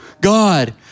God